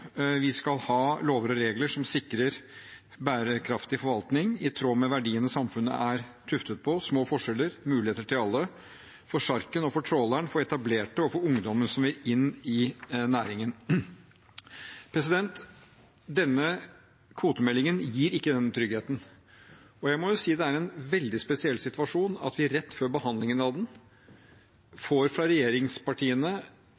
Vi skal ha lover og regler som sikrer bærekraftig forvaltning i tråd med verdiene samfunnet er tuftet på – små forskjeller, muligheter til alle – for sjarken og for tråleren, for etablerte og for ungdommen som vil inn i næringen. Denne kvotemeldingen gir ikke den tryggheten. Jeg må si det er en veldig spesiell situasjon at vi rett før behandlingen av